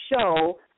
show